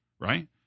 right